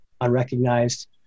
unrecognized